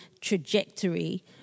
trajectory